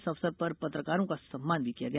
इस अवसर पर पत्रकारों का सम्मान भी किया गया